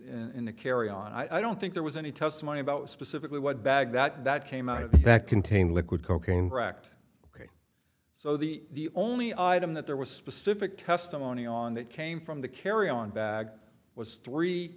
in the carry on i don't think there was any testimony about specifically what bag that came out of that contain liquid cocaine correct so the only item that there was specific testimony on that came from the carry on bag was three